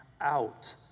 out